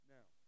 Now